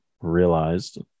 realized